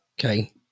Okay